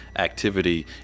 Activity